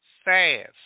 Fast